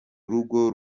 urugo